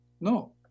no